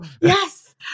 yes